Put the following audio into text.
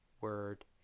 word